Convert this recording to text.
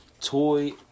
toy